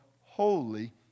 Holy